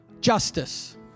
Justice